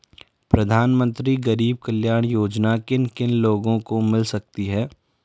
प्रधानमंत्री गरीब कल्याण योजना किन किन लोगों को मिल सकती है?